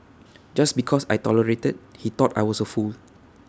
just because I tolerated he thought I was A fool